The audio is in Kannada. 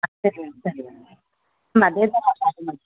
ಸರಿ ಮ್ಯಾಮ್ ಸರಿ ಮ್ಯಾಮ್ ಮ್ಯಾಮ್ ಅದೇ